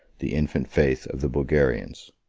the infant faith of the bulgarians.